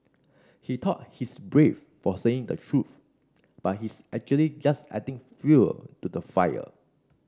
he thought he's brave for saying the truth but he's actually just adding fuel to the fire